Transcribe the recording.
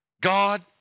God